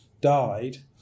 died